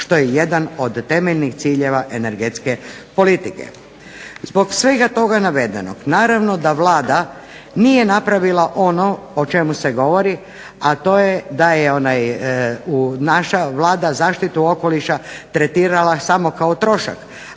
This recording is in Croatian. što je jedan od temeljnih ciljeva energetske politike. Zbog svega toga navedenog naravno da Vlada nije napravila ono o čemu se govori, a to je da je naša Vlada zaštitu okoliša tretirala samo kao trošak,